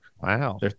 Wow